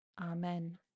Amen